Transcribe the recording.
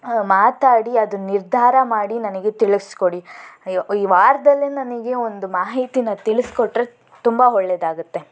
ಮಾತಾಡಿ ಅದು ನಿರ್ಧಾರ ಮಾಡಿ ನನಗೆ ತಿಳಿಸ್ಕೊಡಿ ಈ ವಾರದಲ್ಲೆ ನನಗೆ ಒಂದು ಮಾಹಿತೀನ ತಿಳಿಸಿಕೊಟ್ರೆ ತುಂಬ ಒಳ್ಳೆದಾಗತ್ತೆ